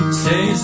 say